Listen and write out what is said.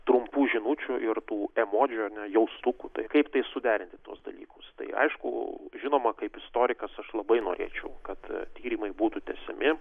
trumpų žinučių ir tų emodžių ar ne jaustukų tai kaip suderinti tuos dalykus tai aišku žinoma kaip istorikas aš labai norėčiau kad tyrimai būtų tęsiami